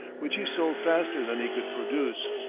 which he sold faster than he could produce.